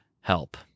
help